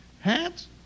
Hats